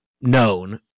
known